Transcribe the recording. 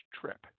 trip